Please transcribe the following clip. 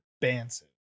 Expansive